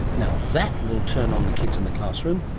now that would turn on the kids in the classroom,